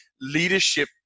leadership